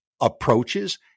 approaches